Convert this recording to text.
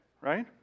right